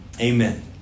Amen